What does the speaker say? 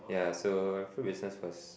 yea so fruit business first